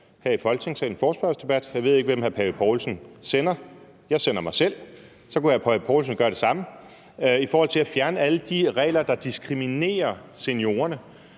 her i Folketingssalen, nemlig forespørgselsdebatten – jeg ved ikke, hvem hr. Søren Pape Poulsen sender, men jeg sender mig selv, og så kunne hr. Søren Pape Poulsen jo gøre det samme – i forhold til at fjerne alle de regler, der diskriminerer seniorerne.